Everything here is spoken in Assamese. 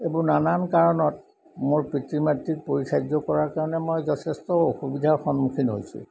এইবোৰ নানান কাৰণত মোৰ পিতৃ মাতৃক পৰিচাৰ্য কৰাৰ কাৰণে মই যথেষ্ট অসুবিধাৰ সন্মুখীন হৈছোঁ